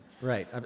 Right